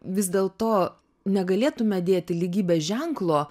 vis dėlto negalėtume dėti lygybės ženklo